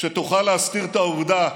שתוכל להסתיר את העובדה,